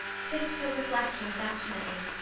kissed her reflection affectionately,